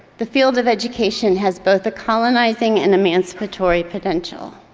the field of education has both a colonizing and emancipatory potential.